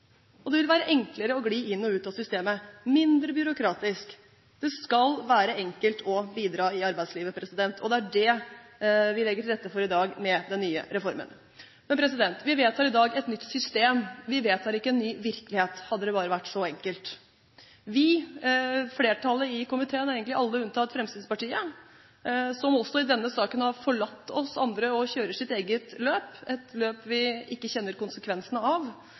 Og det vil være enklere å gli inn og ut av systemet – mindre byråkratisk. Det skal være enkelt å bidra i arbeidslivet, og det er det vi legger til rette for i dag med den nye reformen. Vi vedtar i dag et nytt system. Vi vedtar ikke en ny virkelighet – hadde det bare vært så enkelt! Vi, flertallet i komiteen – alle unntatt Fremskrittspartiet, som også i denne saken har forlatt oss andre og kjører sitt eget løp, et løp vi ikke kjenner konsekvensene av